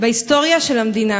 בהיסטוריה של המדינה.